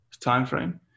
timeframe